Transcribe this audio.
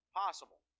possible